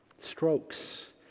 strokes